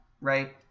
right